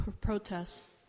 protests